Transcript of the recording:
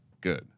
good